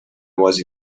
was